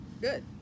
good